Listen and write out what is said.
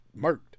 murked